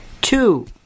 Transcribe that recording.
Two